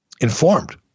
informed